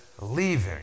Leaving